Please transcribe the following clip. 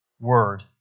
word